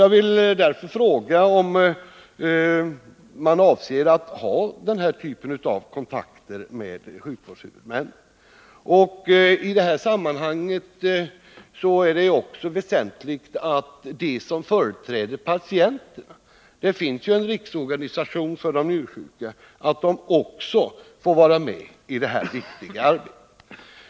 Jag vill därför fråga om man avser att ha den här typen av kontakter med sjukvårdshuvudmännen. I det här sammanhanget är det också väsentligt att de som företräder patienterna — det finns ju en riksorganisation för de njursjuka — också får vara med i det här viktiga arbetet.